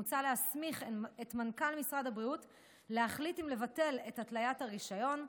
מוצע להסמיך את מנכ"ל משרד הבריאות להחליט אם לבטל את התליית הרישיון,